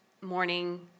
morning